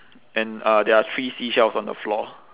and uh there are three seashells on the floor